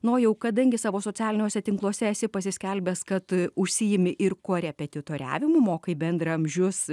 nojau kadangi savo socialiniuose tinkluose esi pasiskelbęs kad užsiimi ir kuorepetitiriavimu mokai bendraamžius